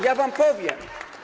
Ja wam powiem.